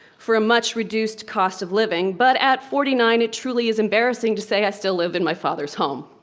for a much reduced cost of living, but at forty nine it truly is embarrassing to say i still live in my father's home.